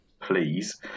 please